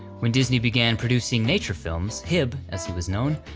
when disney began producing nature films, hib, as he was known,